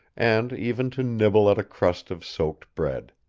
and even to nibble at a crust of soaked bread.